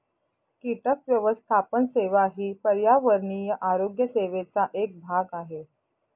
कीटक व्यवस्थापन सेवा ही पर्यावरणीय आरोग्य सेवेचा एक भाग आहे